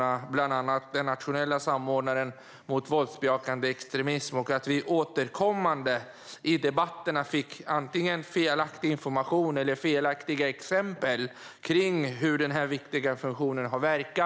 Det handlar bland annat om den nationella samordnaren mot våldsbejakande extremism och att vi återkommande i debatterna fick antingen felaktig information om eller felaktiga exempel på hur denna viktiga funktion har verkat.